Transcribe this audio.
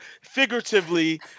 figuratively